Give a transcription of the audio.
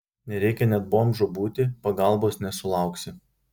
nereikia net bomžu būti pagalbos nesulauksi